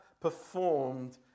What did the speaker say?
performed